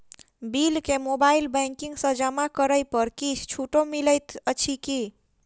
Bill केँ mobile banking सँ जमा करै पर किछ छुटो मिलैत अछि की?